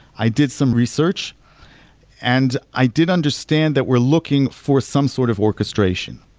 i did some research and i did understand that we're looking for some sort of orchestration.